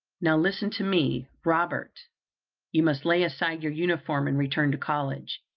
now listen to me, robert you must lay aside your uniform, and return to college.